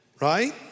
Right